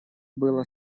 было